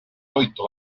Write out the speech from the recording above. toitu